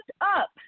up